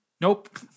Nope